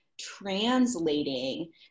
translating